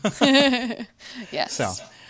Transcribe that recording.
Yes